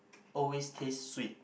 always taste sweet